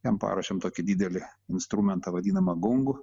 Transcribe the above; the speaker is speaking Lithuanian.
jam paruošėm tokį didelį instrumentą vadinamą gongu